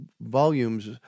volumes